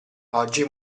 oggi